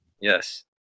Yes